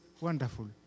wonderful